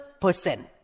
percent